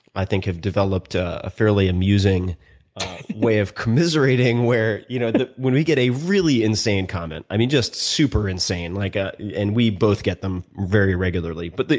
i think, have developed a fairly amusing way of commiserating where you know when we get a really insane comment, i mean just super insane like ah and we both get them very regularly. but,